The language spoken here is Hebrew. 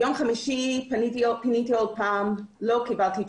ביום חמישי פניתי שוב ולא קיבלתי תשובות.